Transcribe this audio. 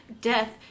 death